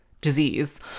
disease